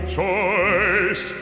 choice